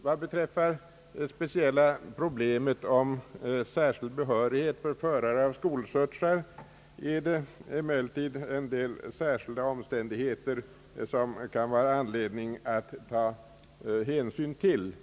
Vad beträffar det speciella problemet om särskild behörighet för förare av skolskjutsar är det emellertid en del särskilda omständigheter som det kan finnas anledning att.ta hänsyn till. Om Ang.